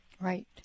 Right